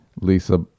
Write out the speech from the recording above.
Lisa